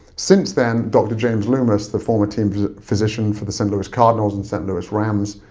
since then, dr. james loomis, the former team physician for the st. louis cardinals and st. louis rams,